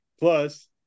plus